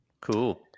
Cool